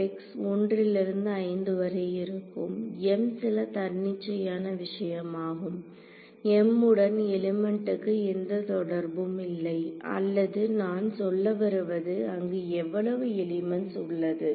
1 லிருந்து 5 வரை இருக்கும் m சில தன்னிச்சையான விஷயமாகும் m உடன் எலிமெண்ட்க்கு எந்த தொடர்பும் இல்லை அல்லது நான் சொல்லவருவது அங்கு எவ்வளவுஎலிமெண்ட்ஸ்உள்ளது